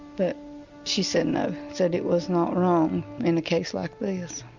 but she said, no, said it was not wrong in a case like this.